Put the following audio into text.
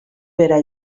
bera